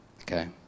Okay